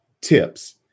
tips